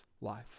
life